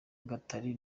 gatari